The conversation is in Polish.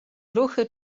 ruchy